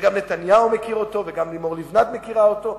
שגם נתניהו ולימור לבנת מכירים אותו,